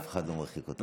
אף אחד לא מרחיק אותה.